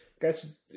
guys